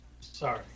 Sorry